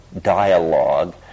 dialogue